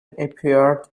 appeared